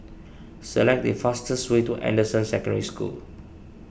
select the fastest way to Anderson Secondary School